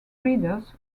readers